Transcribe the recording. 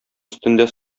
өстендә